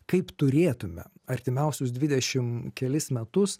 kaip turėtume artimiausius dvidešim kelis metus